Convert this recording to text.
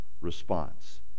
response